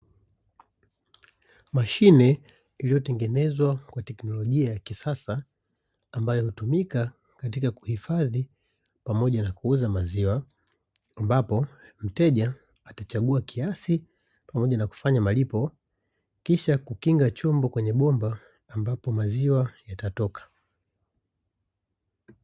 Mashine iliyotengenezwa kwa teknolojia ya kisasa, ambayo hutumika katika kuhifadhi pamoja na kuuza maziwa, ambapo mteja atachagua kiasi pamoja na kufanya malipo kisha kukinga chombo kwenye bomba ambapo maziwa yatatoka.